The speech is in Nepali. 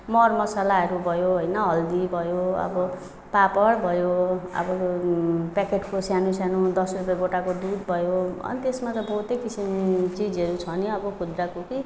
मरमसलाहरू भयो होइन हल्दी भयो अब पापड भयो अब पेकेटको सानोसानो दस रुपियाँ गोटाको दुध भयो अनि त्यसमा त बहुतै किसिम चिजहरू छ नि अब खुद्राको कि